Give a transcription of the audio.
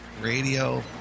radio